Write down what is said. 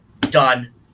done